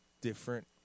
different